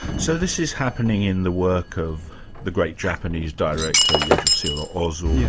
so this is happening in the work of the great japanese director, yeah yasujiro ozu, yeah